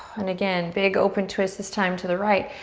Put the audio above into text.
and again, big open twist this time to the right.